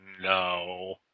no